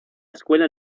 escuela